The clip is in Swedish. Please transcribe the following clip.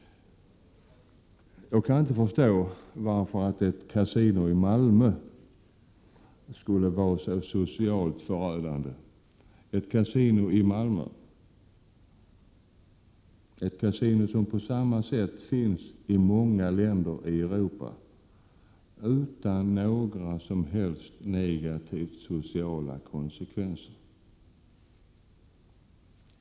Jag kan inte förstå varför ett kasino i Malmö skulle vara så socialt förödande. Sådana kasinon finns i många länder i Europa, utan några som helst negativa sociala konsekvenser.